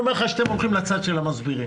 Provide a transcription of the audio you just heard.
אני אומר לך שאתם הולכים לצד של המסבירים.